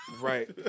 Right